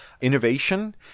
innovation